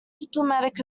diplomatic